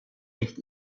nicht